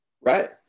Right